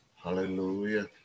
Hallelujah